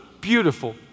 beautiful